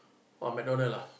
!wah! McDonald ah